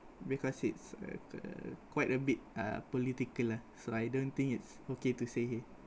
because it's uh uh quite a bit uh political lah so I don't think it's okay to say here